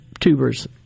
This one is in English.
tubers